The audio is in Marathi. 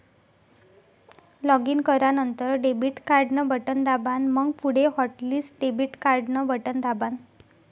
लॉगिन करानंतर डेबिट कार्ड न बटन दाबान, मंग पुढे हॉटलिस्ट डेबिट कार्डन बटन दाबान